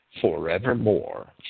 forevermore